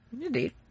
Indeed